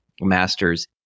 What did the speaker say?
master's